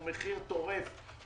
הוא מחיר טורף,